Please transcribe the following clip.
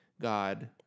God